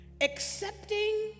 Accepting